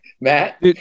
Matt